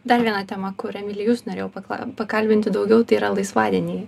dar viena tema kur emili jus norėjau pakla pakalbinti daugiau tai yra laisvadieniai